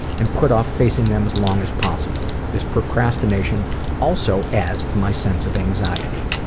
and put off facing them as long as possible. this procrastination also adds to my sense of anxiety.